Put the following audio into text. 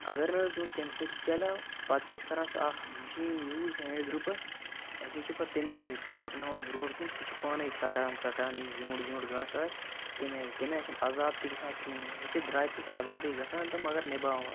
اگر نہٕ حظ وۄنۍ تَمہِ سۭتۍ تہِ چلٮ۪و پَتہٕ چھِ أسۍ کَران سُہ اَکھ مِشیٖن یوٗز ہینٛڈ گرُٛپَر أسۍ حظ چھِ پَتہٕ تَمے سۭتۍ سُہ پَکناوان برٛونٛٹھ برٛونٛٹھ سُہ چھِ پانَے ژٹان ژٹان یُس زیوٗٹھ زیوٗٹھ گاسہٕ آسہِ تَمہِ آیی تَمہِ آے چھُنہٕ عذاب تہِ گژھان کِہیٖنٛۍ وۅنۍ چھِ درٛاتہِ سۭتۍ عذابٕے گژھان تہٕ مگر نِباوان